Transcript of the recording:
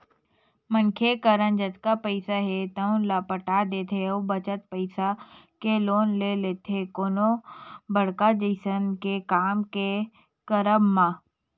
मनखे करन जतका पइसा हे तउन ल पटा देथे अउ बचत पइसा के लोन ले लेथे कोनो बड़का जिनिस के काम के करब म